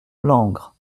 langres